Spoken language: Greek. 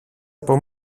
από